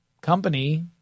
company